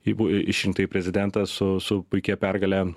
ibu išrinktąjį prezidentą su su puikia pergale